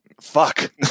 Fuck